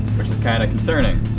which was kinda concerning.